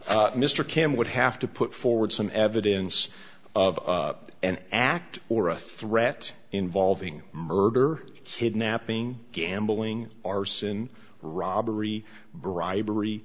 mr cam would have to put forward some evidence of an act or a threat involving murder kidnapping gambling arson robbery bribery